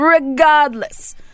regardless